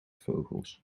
vogels